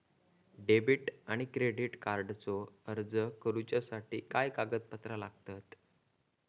Debit आणि credit कार्डचो अर्ज करुच्यासाठी काय कागदपत्र लागतत?